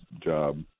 job